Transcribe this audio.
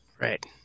Right